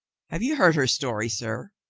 have you heard her story, sir?